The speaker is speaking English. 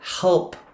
help